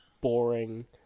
boring